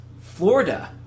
Florida